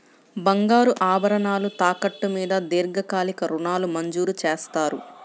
బంగారు ఆభరణాలు తాకట్టు మీద దీర్ఘకాలిక ఋణాలు మంజూరు చేస్తారా?